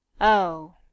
Oh